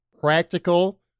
practical